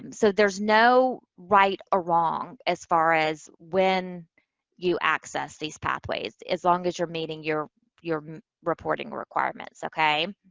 so, there's no right or wrong as far as when you access these pathways, as long as you're meeting your your reporting requirements. okay?